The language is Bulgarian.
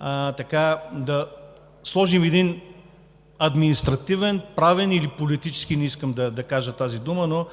да сложим административноправен или политически – не искам да кажа тази дума, но